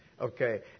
Okay